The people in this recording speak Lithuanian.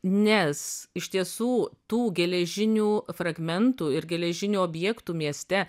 nes iš tiesų tų geležinių fragmentų ir geležinių objektų mieste